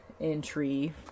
entry